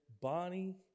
Bonnie